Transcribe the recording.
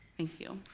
thank you.